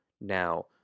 Now